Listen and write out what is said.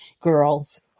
girls